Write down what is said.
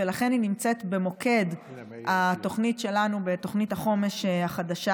לכן היא נמצאת במוקד תוכנית החומש החדשה